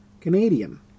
Canadian